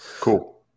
cool